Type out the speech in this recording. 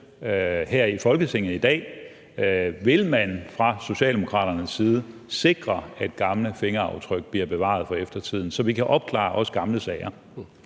her i Folketinget i dag. Vil man fra Socialdemokraternes side sikre, at gamle fingeraftryk bliver bevaret for eftertiden, så vi kan opklare også gamle sager?